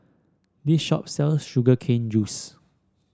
this shop sells Sugar Cane Juice